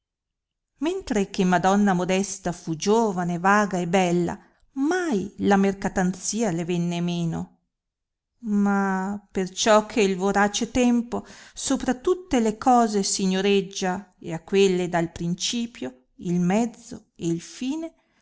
mentre che madonna modesta fu giovane vaga e bella mai la mercatanzia le venne meno ma perciò che il vorace tempo sopra tutte le cose signoreggia e a quelle dà il principio il mezzo